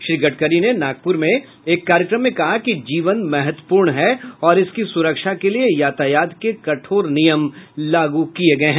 श्री गडकरी ने नागपुर में एक कार्यक्रम में कहा कि जीवन महत्वपूर्ण है और इसकी सुरक्षा के लिये यातायात के कठोर नियम लागू किये गये हैं